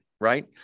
right